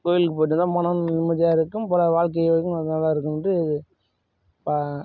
கோயிலுக்குப் போயிட்டு வந்தால் மனம் நிம்மதியாக இருக்கும் பல வாழ்க்கைகளுக்கும் அது நல்லா இருக்கும்